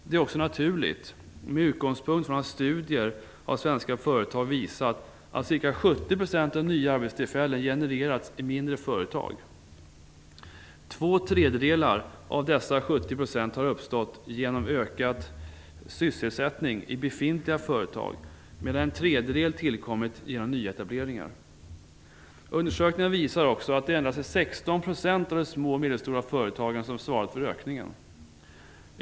Det är naturligt med utgångspunkt från att studier av svenska företag visat att ca 70 % av nya arbetstillfällen genererats i mindre företag. Två tredjedelar av dessa 70 % har uppstått genom ökad sysselsättning i befintliga företag, medan en tredjedel tillkommit genom nyetableringar. Undersökningar visar också att det endast är 16 % av de små och medelstora företagen som svarat för ökningen.